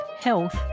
Health